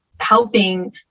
helping